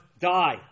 die